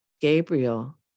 Gabriel